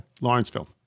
Lawrenceville